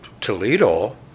Toledo